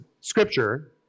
scripture